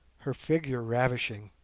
her figure ravishing,